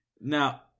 now